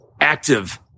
active